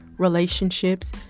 relationships